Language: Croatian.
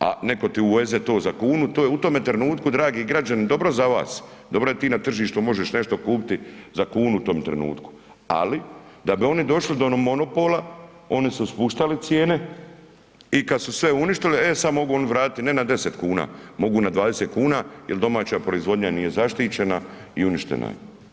a netko ti uveze to za kunu to je u tome trenutku dragi građani dobro za vas, dobro je da ti na tržištu možeš nešto kupiti za kunu u tom trenutku, ali da bi oni došli do monopola oni su spuštali cijene i kad su sve uništili, e sad oni mogu vratiti ne na 10 kuna, mogu na 20 kuna jer domaća proizvodnja nije zaštićena i uništena je.